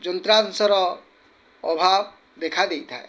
ଯନ୍ତ୍ରାଂଶର ଅଭାବ ଦେଖା ଦେଇଥାଏ